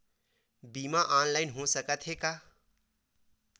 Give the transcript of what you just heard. बीमा ऑनलाइन हो सकत हे का?